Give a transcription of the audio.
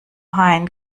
hein